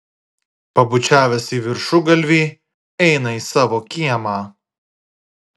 pabučiavęs į viršugalvį eina į savo kiemą